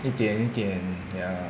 一点点 ya